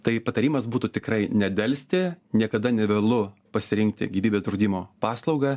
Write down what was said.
tai patarimas būtų tikrai nedelsti niekada nevėlu pasirinkti gyvybės draudimo paslaugą